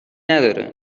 نداره